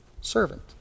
Servant